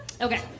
Okay